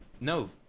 no